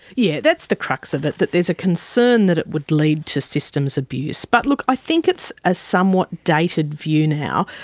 yeah that's the crux of it, that there's a concern that it would lead to systems abuse. but look it's a somewhat dated view now.